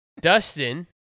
Dustin